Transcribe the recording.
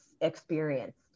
experienced